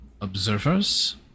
observers